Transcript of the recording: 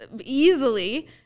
easily